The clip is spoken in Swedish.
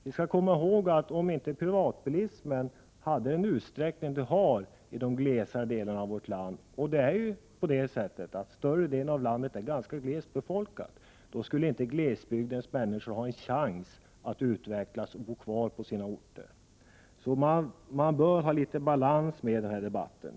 Vi skall komma ihåg att om inte privatbilismen hade den omfattning den har i de glesare delarna av vårt land — större delen av vårt land är ju ganska glest befolkat — skulle inte glesbygdens människor ha en chans att bo kvar på sina orter och utvecklas. Man bör ha litet balans i debatten.